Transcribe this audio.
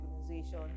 organization